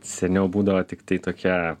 seniau būdavo tiktai tokia